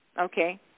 Okay